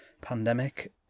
pandemic